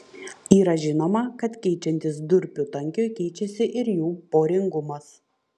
yra žinoma kad keičiantis durpių tankiui keičiasi ir jų poringumas